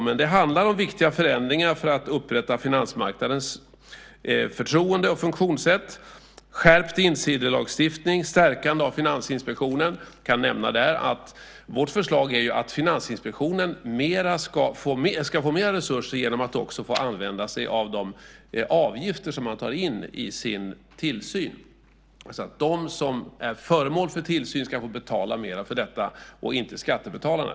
Men det handlar om viktiga förändringar för att upprätta finansmarknadens förtroende och funktionssätt, såsom skärpt insiderlagstiftning och stärkande av Finansinspektionen. Där kan jag nämna att vårt förslag är att Finansinspektionen ska få mera resurser genom att också få använda sig av de avgifter som man tar in vid sin tillsyn. De som är föremål för tillsyn ska få betala mer för detta och inte skattebetalarna.